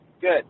good